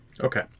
Okay